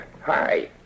Hi